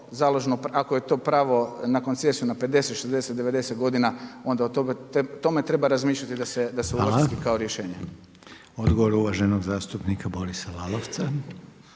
ako je do pravo na koncesiju na 50, 60, 90 godina onda o tome treba razmišljati da se uvrsti kao rješenje. **Reiner, Željko (HDZ)** Hvala. Odgovor uvaženog zastupnika Borisa Lalovca.